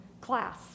class